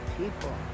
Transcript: people